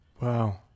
Wow